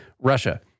Russia